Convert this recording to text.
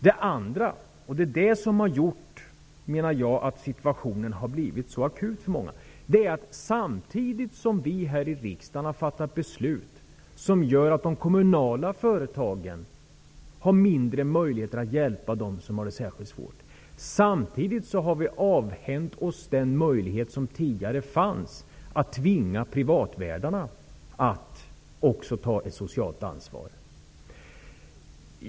Det andra, som har gjort att situationen har blivit så akut för många människor, är att samtidigt som vi här i riksdagen har fattat beslut som gör att de kommunala företagen har mindre möjligheter att hjälpa dem som har det särskilt svårt har vi avhänt hos den möjlighet som tidigare fanns att tvinga privatvärdarna att ta ett socialt ansvar.